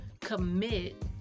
commit